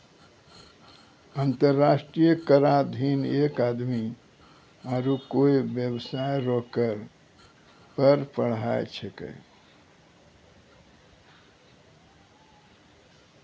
अंतर्राष्ट्रीय कराधीन एक आदमी आरू कोय बेबसाय रो कर पर पढ़ाय छैकै